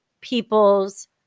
people's